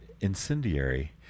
incendiary